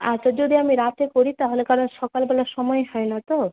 আচ্ছা যদি আমি রাতে করি তাহলে কারণ সকালবেলা সময় হয় না তো